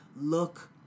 look